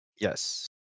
yes